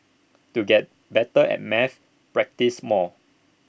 to get better at maths practise more